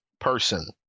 person